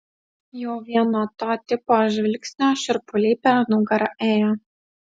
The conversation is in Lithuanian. jau vien nuo to tipo žvilgsnio šiurpuliai per nugarą ėjo